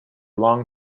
long